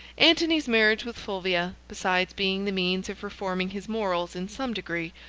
antony's marriage with fulvia, besides being the means of reforming his morals in some degree,